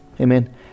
Amen